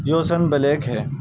جوسن black ہے